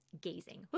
gazing